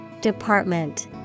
Department